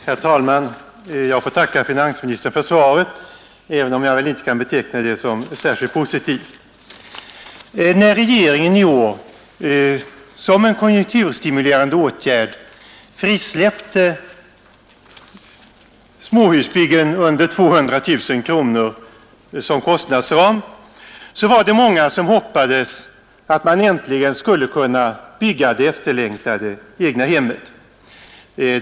Herr talman! Jag får tacka finansministern för svaret, även om jag väl inte kan beteckna det som särskilt positivt. När regeringen i år som en konjunkturstimulerande åtgärd frisläppte småhusbyggen under 200 000 kronor som kostnadsram, så var det många som hoppades att man äntligen skulle kunna bygga det efterlängtade egnahemmet.